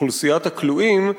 אוכלוסיית הכלואים,